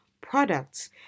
products